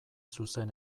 zuzen